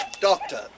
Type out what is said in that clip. Doctor